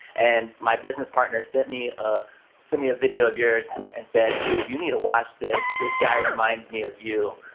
and my business partner sent me ah so me a video of yours and and said, dude, you need to watch this. this guy reminds me of you.